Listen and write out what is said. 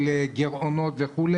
של גירעונות וכו'.